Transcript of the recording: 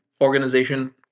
organization